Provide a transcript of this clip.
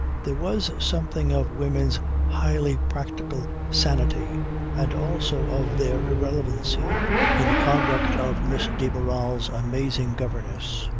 there was something of women's highly practical sanity and also of their irrelevancy in the conduct of miss de barral's amazing governess.